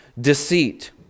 Deceit